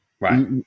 right